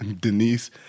Denise